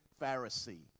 Pharisee